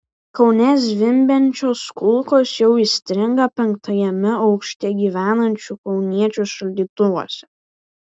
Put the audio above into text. kaune zvimbiančios kulkos jau įstringa penktajame aukšte gyvenančių kauniečių šaldytuvuose